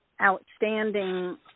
outstanding